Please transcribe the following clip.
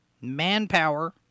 manpower